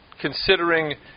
considering